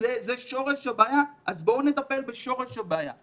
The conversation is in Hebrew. זה שורש הבעיה אז בואו נטפל בשורש הבעיה.